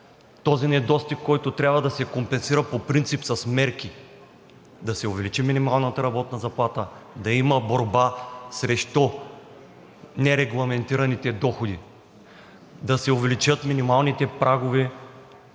Този недостиг, който трябва да се компенсира по принцип с мерки – да се увеличи минималната работна заплата; да има борба срещу нерегламентираните доходи; да се увеличат минималните прагове